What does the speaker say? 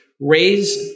raise